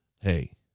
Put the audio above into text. hey